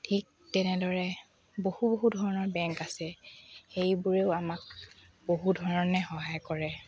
ঠিক তেনেদৰে বহু বহু ধৰণৰ বেংক আছে সেইবোৰেও আমাক বহু ধৰণে সহায় কৰে